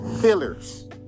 Fillers